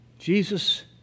Jesus